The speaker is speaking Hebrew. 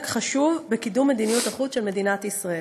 חשוב בקידום מדיניות החוץ של מדינת ישראל.